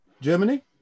Germany